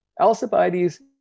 Alcibiades